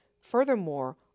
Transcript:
Furthermore